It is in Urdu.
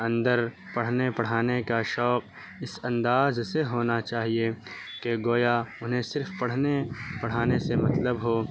اندر پڑھنے پڑھانے کا شوق اس انداز سے ہونا چاہیے کہ گویا انہیں صرف پڑھنے پڑھانے سے مطلب ہو